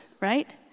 right